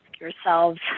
yourselves